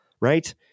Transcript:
right